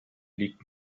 liegt